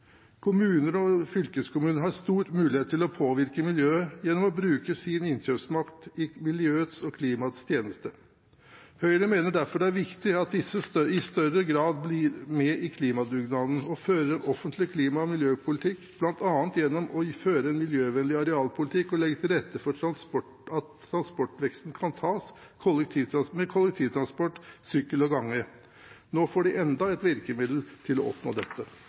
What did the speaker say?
Kommuner og fylkeskommuner har en stor mulighet til å påvirke miljøet gjennom å bruke sin innkjøpsmakt i miljøets og klimaets tjeneste. Høyre mener derfor det er viktig at disse i større grad blir med i klimadugnaden og fører en offentlig klima- og miljøpolitikk bl.a. gjennom å føre en miljøvennlig arealpolitikk og legge til rette for at transportveksten kan tas med kollektivtransport, sykkel og gange. Nå får de enda et virkemiddel til å oppnå dette.